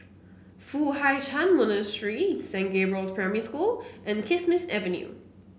Foo Hai Ch'an Monastery Saint Gabriel's Primary School and Kismis Avenue